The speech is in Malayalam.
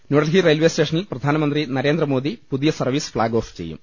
ന്യൂഡൽഹി റെയിൽവേ സ്റ്റേഷനിൽ പ്രധാനമന്ത്രി നരേന്ദ്രമോദി പുതിയ സർവീസ് ഫ്ളാഗ് ഓഫ് ചെയ്യും